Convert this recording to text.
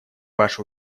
ваши